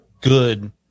good